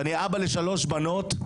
ואני אבא לשלוש בנות,